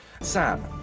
Sam